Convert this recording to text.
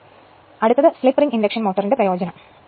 അതിനാൽ അടുത്തത് slip ring induction മോട്ടോറി ന്റെ പ്രയോജനം ഇതാണ്